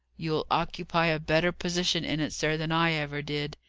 you'll occupy a better position in it, sir, than i ever did.